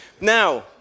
Now